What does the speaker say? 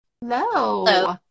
hello